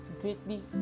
greatly